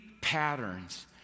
patterns